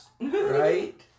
Right